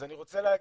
אז אני רוצה לומר,